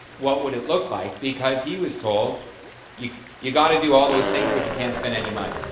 what would it look like, because he was told you you got to do all those things but you can't spend any money.